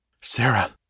Sarah